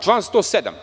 Član 107.